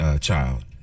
child